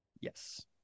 Yes